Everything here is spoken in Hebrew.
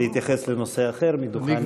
להתייחס לנושא אחר מדוכן הנואמים.